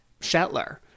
Shetler